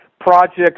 projects